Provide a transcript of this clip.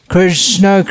Krishna